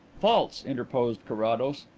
false, interposed carrados.